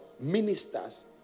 ministers